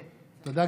תודה.